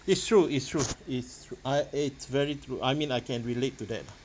it's true it's true it's true I it's very true I mean I can relate to that ah